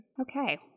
okay